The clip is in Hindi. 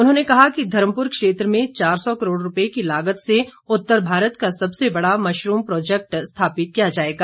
उन्होंने कहा कि धर्मपुर क्षेत्र में चार सौ करोड़ रुपए की लागत से उत्तर भारत का सबसे बड़ा मशरूम प्रोजैक्ट स्थापित किया जाएगा